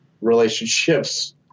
relationships